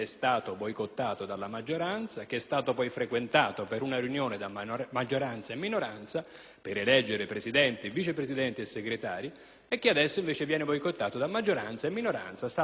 il presidente Villari, l'onorevole Beltrandi